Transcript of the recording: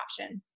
option